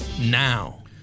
now